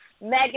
Megan